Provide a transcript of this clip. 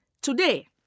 Today